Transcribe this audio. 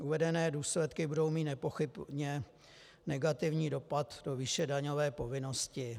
Uvedené důsledky budou mít nepochybně negativní dopad do výše daňové povinnosti.